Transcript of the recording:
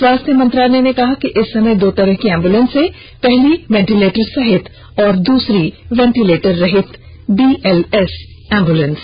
स्वास्थ्य मंत्रालय ने कहा कि इस समय दो तरह की एंबुलेंस हैं पहली वेन्टिलेटर सहित एएलएस एंबुलेंस और दूसरी वेन्टिलेटर रहित बीएलएस एंबुलेंस